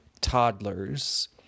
toddlers